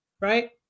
right